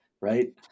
right